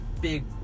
big